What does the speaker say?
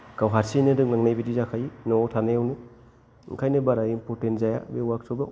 गाव हारसिङैनो रोंलांनाय बादि जाखायो न'आव थानायावनो ओंखायनो बारा इम्पर्तेन्त जाया बे वर्कशप आव